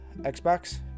Xbox